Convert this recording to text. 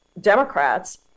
Democrats